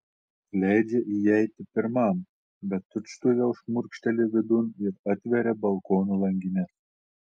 leidžia įeiti pirmam bet tučtuojau šmurkšteli vidun ir atveria balkono langines